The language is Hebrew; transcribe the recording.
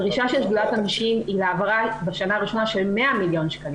הדרישה של שדולת הנשים היא להעברה בשנה הראשונה של 100 מיליון שקלים